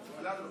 לעולם לא.